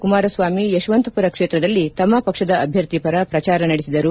ಕುಮಾರಸ್ವಾಮಿ ಯಶವಂತಮರ ಕ್ಷೇತ್ರದಲ್ಲಿ ತಮ್ಮ ಪಕ್ಷದ ಅಭ್ಯರ್ಥಿ ಪರ ಪ್ರಚಾರ ನಡೆಸಿದರು